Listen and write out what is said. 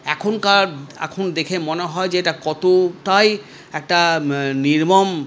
এখনকার এখন দেখে মনে হয় যে এটা কতটাই একটা ম নির্মম